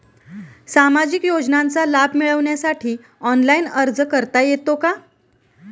सामाजिक योजनांचा लाभ मिळवण्यासाठी ऑनलाइन अर्ज करता येतो का?